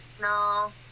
No